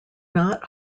not